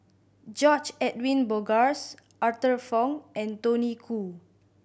George Edwin Bogaars Arthur Fong and Tony Khoo